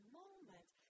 moment